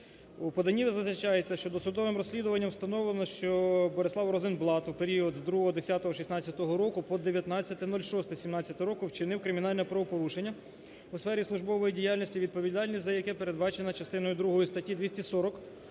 поданні зазначається, що досудовим розслідуванням встановлено, що Борислав Розенблат в період з 02.10.16 року по 19.06.17 року вчинив кримінальне правопорушення у сфері службової діяльності, відповідальність за яке передбачене частиною другою статті 240